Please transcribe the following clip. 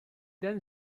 then